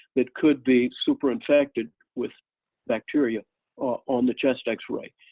that could be super infected with bacteria on the chest x-ray.